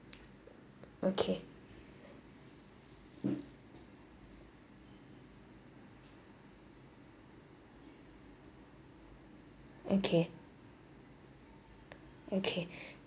okay okay okay